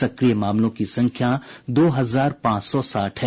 सक्रिय मामलों की संख्या दो हजार पांच सौ साठ है